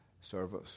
service